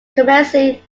commencing